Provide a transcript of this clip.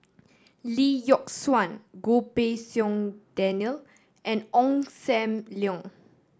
Lee Yock Suan Goh Pei Siong Daniel and Ong Sam Leong